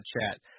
Chat